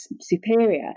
superior